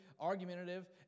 argumentative